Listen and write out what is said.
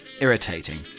irritating